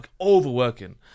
overworking